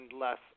less